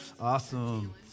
Awesome